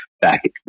back